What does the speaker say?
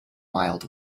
mild